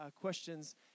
questions